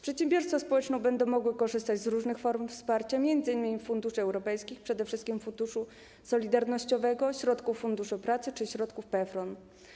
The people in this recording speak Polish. Przedsiębiorstwa społeczne będą mogły korzystać z różnych form wsparcia, m.in. funduszy europejskich, przede wszystkim Funduszu Solidarnościowego, środków Funduszu Pracy czy środków PFRON.